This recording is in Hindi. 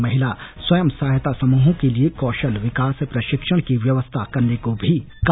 महिला स्वयं सहायता समूहों के लिए कौशल विकास प्रशिक्षण की व्यवस्था करने को भी कहा